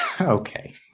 okay